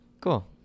Cool